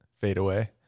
fadeaway